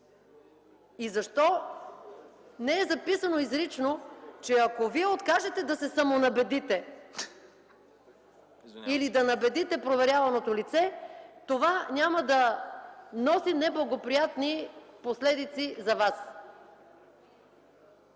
И защо не е записано изрично, че ако Вие откажете да се самонабедите или да набедите проверяваното лице, това няма да носи неблагоприятни последици за вас?